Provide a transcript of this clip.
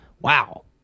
wow